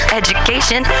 education